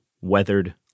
weathered